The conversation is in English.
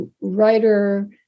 writer